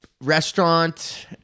restaurant